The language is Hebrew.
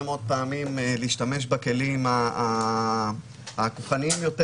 מאוד פעמים להשתמש בכלים הכוחניים יותר,